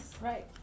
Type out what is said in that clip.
Right